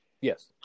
Yes